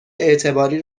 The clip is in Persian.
اعتباری